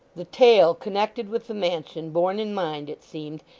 the tale connected with the mansion borne in mind, it seemed,